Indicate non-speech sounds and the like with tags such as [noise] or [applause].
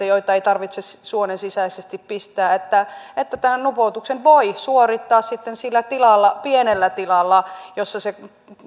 [unintelligible] joita ei tarvitse suonensisäisesti pistää tämän nupoutuksen voi suorittaa sitten sillä tilalla pienellä tilalla jolla se